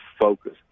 focus